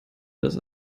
das